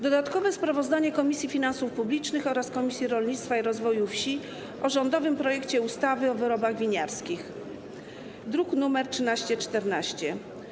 Dodatkowe sprawozdanie Komisji Finansów Publicznych oraz Komisji Rolnictwa i Rozwoju Wsi o rządowym projekcie ustawy o wyrobach winiarskich, druk nr 1314.